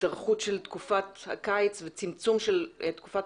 התארכות של תקופת הקיץ וצמצום של תקופת